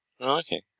Okay